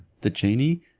the genie,